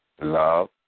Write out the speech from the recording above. love